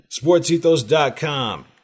Sportsethos.com